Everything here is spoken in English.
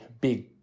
big